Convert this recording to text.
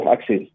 access